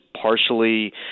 partially